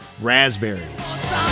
Raspberries